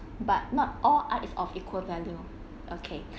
but not all art is of equal value okay